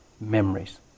memories